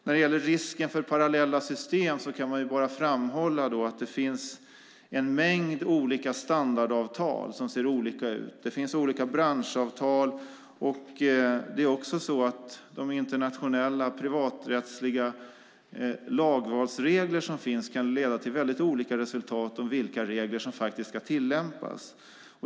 När det gäller risken för parallella system kan jag bara framhålla att det finns en mängd olika standardavtal som ser olika ut. Det finns olika branschavtal. Det är också så att de internationella privaträttsliga lagrådsregler som finns kan leda till väldigt olika resultat i fråga om vilka regler som faktiskt ska tillämpas.